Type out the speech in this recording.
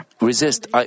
resist